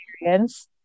experience